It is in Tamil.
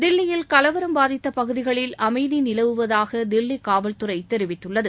தில்லியில் கலவரம் பாதித்தப் பகுதிகளில் அமைதி நிலவுவகதாக தில்லி காவல்துறை தெரிவித்துள்ளது